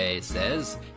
says